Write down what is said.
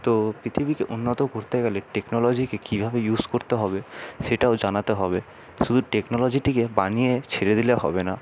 তো পৃথিবীকে উন্নত করতে গেলে টেকনোলজিকে কীভাবে ইউস করতে হবে সেটাও জানাতে হবে শুধু টেকনোলজিটিকে বানিয়ে ছেড়ে দিলে হবে না